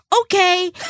okay